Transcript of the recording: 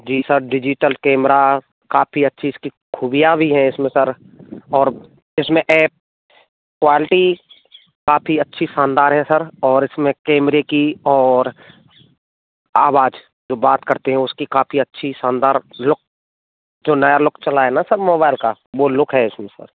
जी sir digital camera काफी अच्छी इसकी खूबियाॅं भी हैं इसमें सर और इसमें एप क्वालिटी काफी अच्छी शानदार है सर और इसमें कैमरे की और आवाज जो बात करते हैं उसकी काफी अच्छी शानदार लुक जो नया लुक चला है ना सर मोबाइल का वो लुक है इसमें सर